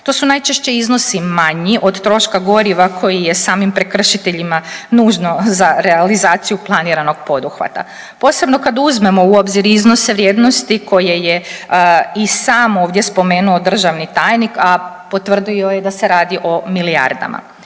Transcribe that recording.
To su najčešće iznosi manji od troška goriva koji je samim prekršiteljima nužno za realizaciju planiranog poduhvata, posebno kad uzmemo u obzir iznose vrijednosti koje je i sam ovdje spomenuo državni tajnik, a potvrdio je da se radi o milijardama.